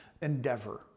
endeavor